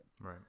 Right